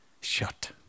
shut